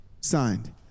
signed